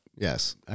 Yes